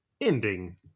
ending